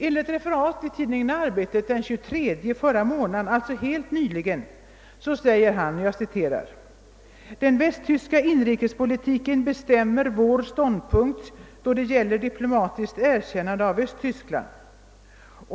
Enligt referat i tidningen Arbetet den 23 i förra månaden, alltså helt nyligen, framhöll han följande: >»Den västtyska inrikespolitiken bestämmer vår stånd punkt, då det gäller diplomatiskt erkännande av Östtyskland.